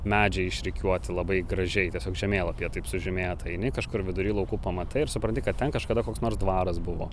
medžiai išrikiuoti labai gražiai tiesiog žemėlapyje taip sužymėta eini kažkur vidury laukų pamatai ir supranti kad ten kažkada koks nors dvaras buvo